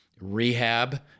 rehab